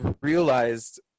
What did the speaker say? realized